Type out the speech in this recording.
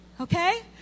Okay